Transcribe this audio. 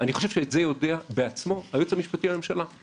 אני חושב שאת זה יודע בעצמו היועץ המשפטי לממשלה,